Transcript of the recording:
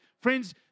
Friends